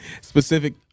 specific